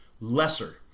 lesser